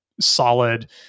solid